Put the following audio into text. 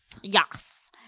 Yes